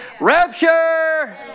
Rapture